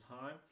time